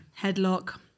Headlock